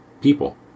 people